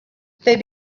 they